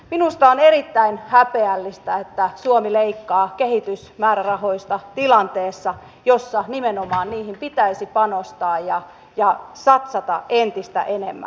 minusta on erittäin häpeällistä että suomi leikkaa kehitysmäärärahoista tilanteessa jossa nimenomaan niihin pitäisi panostaa ja satsata entistä enemmän